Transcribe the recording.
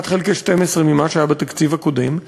1 חלקי 12 ממה שהיה בתקציב הקודם,